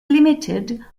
limited